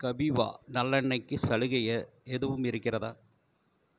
கபீவா நல்லெண்ணெய்க்கு சலுகை எதுவும் இருக்கிறதா